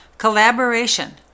collaboration